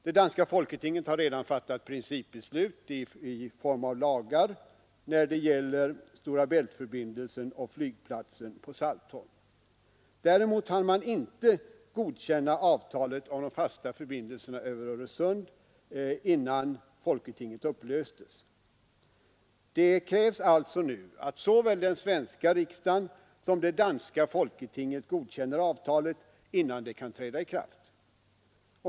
Det danska folketinget har redan fattat principbeslut i form av lagar när det gäller Stora Bält-förbindelsen och flygplatsen på Saltholm. Däremot hann man inte godkänna avtalet om de fasta förbindelserna över Öresund innan folketinget upplöstes. Det krävs alltså nu att såväl den svenska riksdagen som det danska folketinget godkänner avtalet innan det kan träda i kraft.